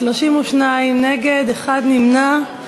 32 נגד, אחד נמנע.